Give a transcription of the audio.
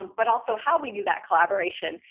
um but also how we do that collaboration?